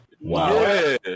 Wow